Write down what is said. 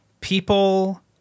people